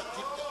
אין נמנעים.